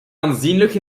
aanzienlijk